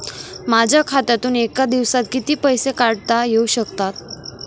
माझ्या खात्यातून एका दिवसात किती पैसे काढता येऊ शकतात?